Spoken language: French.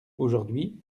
aujourd’hui